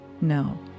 No